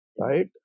Right